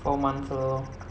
four month 了 lor